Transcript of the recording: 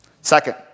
Second